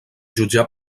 jutjar